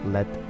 Let